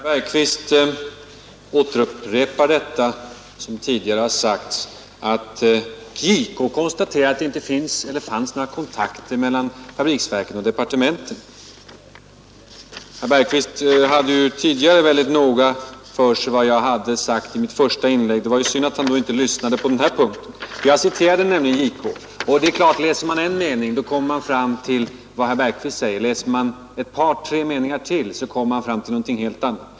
Herr talman! Herr Bergqvist upprepar detta att JK konstaterar att det inte fanns några kontakter mellan fabriksverken och departementet. Herr Bergqvist hade ju väldigt noga reda på vad jag skulle ha sagt i mitt första inlägg. Det var ju synd att han inte lyssnade på den här punkten. Jag citerade nämligen JK. Och det är klart att om man läser en mening kommer man till den slutsats som herr Bergqvist drar, men läser man ett par tre meningar ytterligare kommer man fram till någonting helt annat.